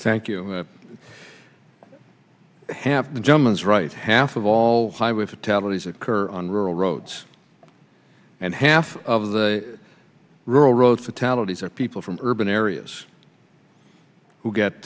thank you have germans write half of all highway fatalities occur on rural roads and half of the rural road fatalities are people from urban areas who get